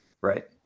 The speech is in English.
Right